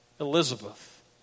Elizabeth